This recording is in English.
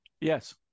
Yes